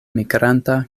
migranta